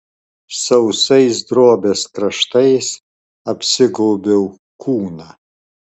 sausais drobės kraštais apsigaubiau kūną